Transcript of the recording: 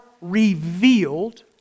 revealed